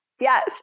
Yes